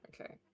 okay